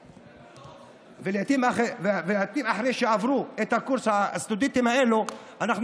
לעיתים אחרי שהסטודנטים האלה עברו את הקורס,